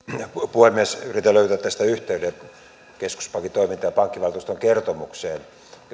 puhemies yritän löytää tästä yhteyden keskuspankin toimintaan ja pankkivaltuuston kertomukseen